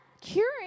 Curing